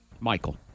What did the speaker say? Michael